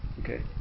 okay